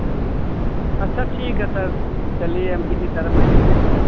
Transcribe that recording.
हाँ अच्छा ठीक है सर चलिए हम किसी तरह मैनेज करेंगे